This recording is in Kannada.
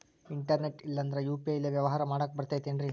ಇಂಟರ್ನೆಟ್ ಇಲ್ಲಂದ್ರ ಯು.ಪಿ.ಐ ಲೇ ವ್ಯವಹಾರ ಮಾಡಾಕ ಬರತೈತೇನ್ರೇ?